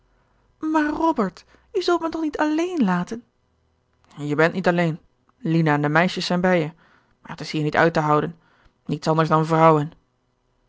robbert je zult me toch niet alleen laten gerard keller het testament van mevrouw de tonnette je bent niet alleen lina en de meisjes zijn bij je maar het is hier niet uit te houden niets anders dan vrouwen